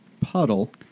puddle